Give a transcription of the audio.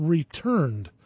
Returned